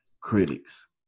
critics